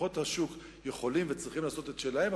כוחות השוק יכולים וצריכים לעשות את שלהם,